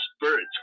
birds